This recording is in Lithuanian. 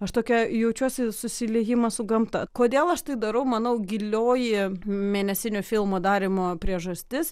aš tokia jaučiuosi susiliejimas su gamta kodėl aš tai darau manau gilioji mėnesinių filmo darymo priežastis